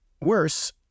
Worse